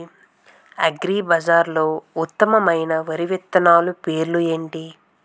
అగ్రిబజార్లో ఉత్తమమైన వరి విత్తనాలు పేర్లు ఏంటి?